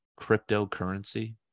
cryptocurrency